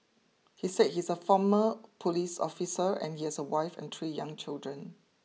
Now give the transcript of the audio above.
he said he's a former police officer and he has a wife and three young children